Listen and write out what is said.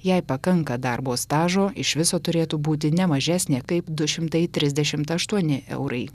jei pakanka darbo stažo iš viso turėtų būti ne mažesnė kaip du šimtai trisdešimt aštuoni eurai